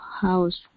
house